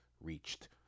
reached